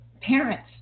parents